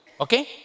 Okay